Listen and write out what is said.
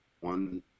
one